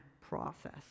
process